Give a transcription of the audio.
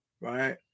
right